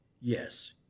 Yes